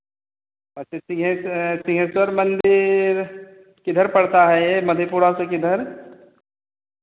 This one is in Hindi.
अच्छा सिंहे सिंहेश्वर मंदिर किधर पड़ता है ये मधेपुरा से किधर